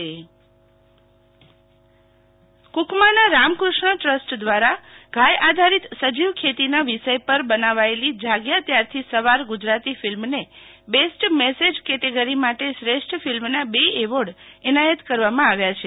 Shital Vaishnav Gujarati film award કુકમાના Ramakrishna trust દ્વારા ગાય આધારિત સજીવ ખેતીના વિષય પર બનાવાયેલી જાગ્યા ત્યારથી સવાર ગુજરાતી ફિલ્મને બેસ્ટ મેસેજ કેટેગરી માટે શ્રેષ્ઠ ફિલ્મના બે એવોર્ડ એનાયત કરવામાં આવ્યા છે